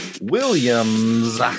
Williams